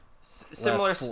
similar